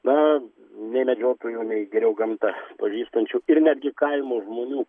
na nei medžiotojų nei geriau gamtą pažįstančių ir netgi kaimo žmonių